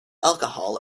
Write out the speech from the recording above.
alcohol